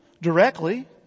directly